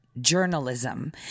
journalism